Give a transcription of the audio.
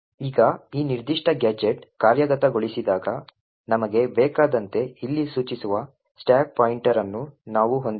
ಈಗ ಈ ನಿರ್ದಿಷ್ಟ ಗ್ಯಾಜೆಟ್ ಕಾರ್ಯಗತಗೊಳಿಸಿದಾಗ ನಮಗೆ ಬೇಕಾದಂತೆ ಇಲ್ಲಿ ಸೂಚಿಸುವ ಸ್ಟಾಕ್ ಪಾಯಿಂಟರ್ ಅನ್ನು ನಾವು ಹೊಂದಿದ್ದೇವೆ